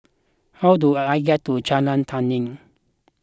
how do I I get to Jalan Tani